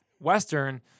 western